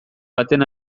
baten